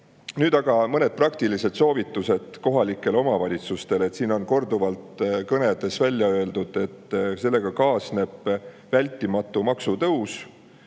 aga mõned praktilised soovitused kohalikele omavalitsustele. Siin on korduvalt kõnedes välja öeldud, et selle [seadusega] kaasneb vältimatu maksutõus.